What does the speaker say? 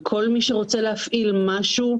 וכל מי שרוצה להפעיל משהו,